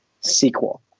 sequel